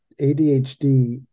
ADHD